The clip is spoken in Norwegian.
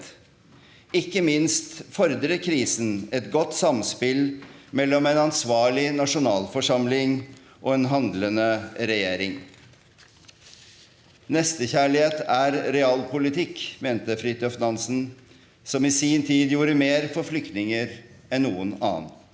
Ikke minst fordrer krisen et godt samspill mellom en ansvarlig nasjonalforsamling og en handlende regjering. Nestekjærlighet er realpolitikk, mente Fridtjof Nansen, som i sin tid gjorde mer for flyktninger enn noen annen.